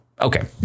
Okay